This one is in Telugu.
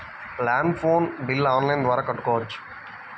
ల్యాండ్ ఫోన్ బిల్ ఆన్లైన్ ద్వారా కట్టుకోవచ్చు?